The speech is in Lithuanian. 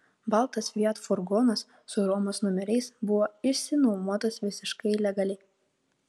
baltas fiat furgonas su romos numeriais buvo išsinuomotas visiškai legaliai